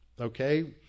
okay